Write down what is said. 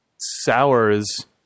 Sours